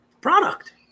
Product